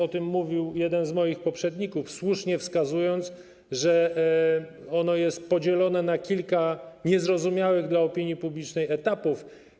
O tym mówił jeden z moich poprzedników, słusznie wskazując, że ono jest podzielone na kilka niezrozumiałych dla opinii publicznej etapów.